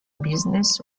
business